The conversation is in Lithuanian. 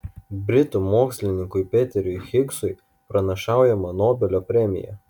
britų mokslininkui peteriui higsui pranašaujama nobelio premija